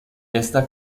esta